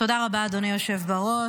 תודה רבה, אדוני היושב בראש.